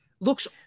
Looks